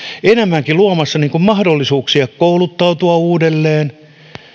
enemmänkin luomassa mahdollisuuksia kouluttautua uudelleen